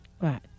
Right